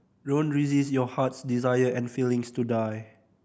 don't resist your heart's desire and feelings to die